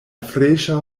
freŝa